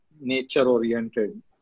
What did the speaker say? nature-oriented